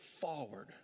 forward